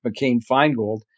McCain-Feingold